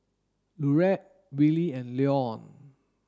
Laurette Willie and Leon